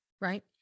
right